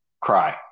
cry